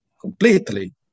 completely